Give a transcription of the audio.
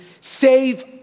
save